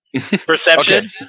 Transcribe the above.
perception